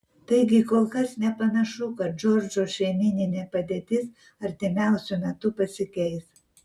taigi kol kas nepanašu kad džordžo šeimyninė padėtis artimiausiu metu pasikeis